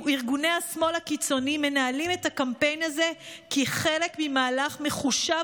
ארגוני השמאל הקיצוני מנהלים את הקמפיין הזה כחלק ממהלך מחושב